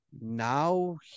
now